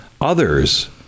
Others